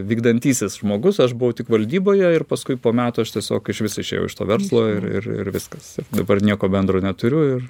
vykdantysis žmogus aš buvau tik valdyboje ir paskui po metų aš tiesiog išvis išėjau iš to verslo ir ir ir viskas dabar nieko bendro neturiu ir